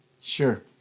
Sure